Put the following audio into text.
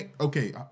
Okay